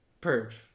Purge